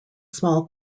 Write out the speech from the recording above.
small